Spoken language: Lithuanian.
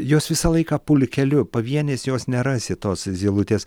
jos visą laiką pulkeliu pavienės jos nerasi tos zylutės